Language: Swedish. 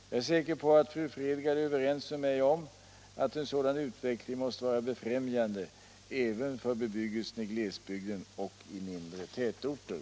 Jag är säker på att fru Fredgardh är överens med mig om att en sådan utveckling måste vara befrämjande även för bebyggelsen i glesbygden och i mindre tätorter.